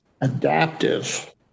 adaptive